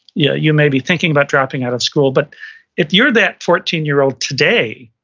yeah you may be thinking about dropping out of school but if you're that fourteen year old today,